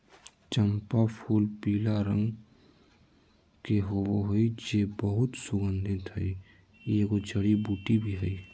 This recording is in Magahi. चम्पा फूलपीला रंग के होबे हइ जे बहुत सुगन्धित हइ, एगो जड़ी बूटी भी हइ